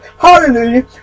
Hallelujah